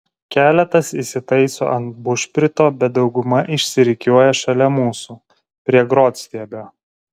keletas įsitaiso ant bušprito bet dauguma išsirikiuoja šalia mūsų prie grotstiebio